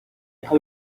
deja